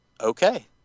okay